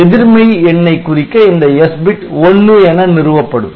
எதிர் மெய் எண்ணை குறிக்க இந்த S பிட் '1' என நிறுவப்படும்